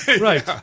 Right